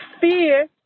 fear